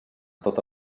tota